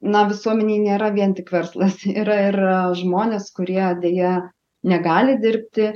na visuomenė nėra vien tik verslas yra ir žmonės kurie deja negali dirbti